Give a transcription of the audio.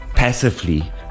passively